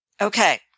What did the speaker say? Okay